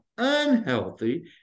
unhealthy